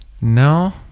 No